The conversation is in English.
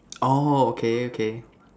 orh okay okay